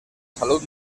salut